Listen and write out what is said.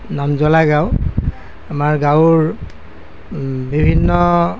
নামজ্বলা গাঁও আমাৰ গাঁৱৰ বিভিন্ন